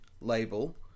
label